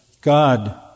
God